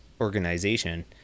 organization